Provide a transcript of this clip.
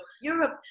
Europe